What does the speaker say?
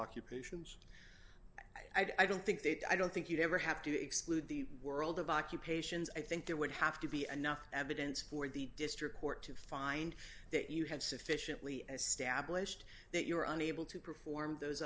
occupations i don't think that i don't think you'd ever have to exclude the world of occupations i think there would have to be enough evidence for the district court to find that you have sufficiently established that you are unable to perform those